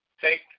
take